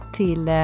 till